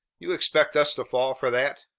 you expect us to fall for that?